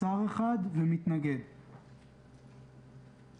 גם לא חבר ועדה יכול לדבר ואסור לנו להפריע ליוליה.